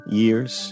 years